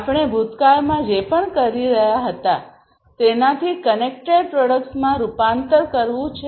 આપણે ભૂતકાળમાં જે પણ કરી રહ્યાં હતાં તેનાથી કનેક્ટેડ પ્રોડક્ટ્સમાં રૂપાંતર કરવું છે